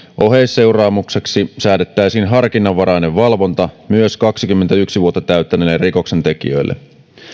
oheisseuraamukseksi säädettäisiin harkinnanvarainen valvonta myös kaksikymmentäyksi vuotta täyttäneille rikoksentekijöille